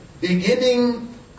beginning